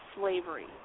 slavery